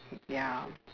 ya